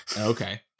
okay